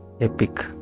epic